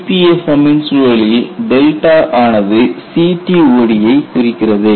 EPFM ன் சூழலில் ஆனது CTOD ஐ குறிக்கிறது